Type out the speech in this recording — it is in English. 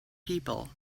people